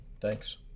Thanks